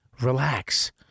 relax